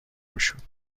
گشود